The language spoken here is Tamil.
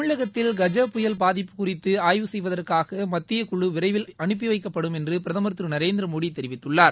தமிழகத்தில் கஜ புயல் பாதிப்பு குறித்து ஆய்வு செய்வதற்காக மத்திய குழு விரவில் அனுப்பி வைக்கப்படுமென்று பிரதமர் திரு நரேந்திரமோடி தெரிவித்துள்ளார்